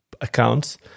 accounts